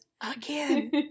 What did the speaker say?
again